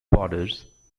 borders